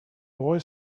boy